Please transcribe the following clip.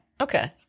Okay